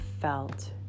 felt